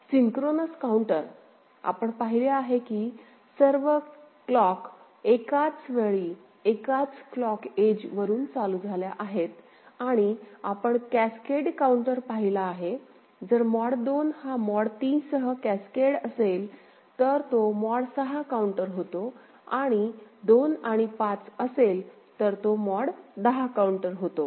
synchronous counter आपण पाहिले आहे की सर्व क्लॉक एकाच वेळी एकाच क्लॉकच्या एज वरुन चालू झाल्या आहेत आणि आपण कॅसकेड काउंटर पाहिला आहे जर मॉड 2 हा मॉड 3 सह कॅसकेड असेल तर तो मॉड 6 काउंटर होतो आणि 2 आणि 5असेल तर तो मॉड 10 काउंटर होतो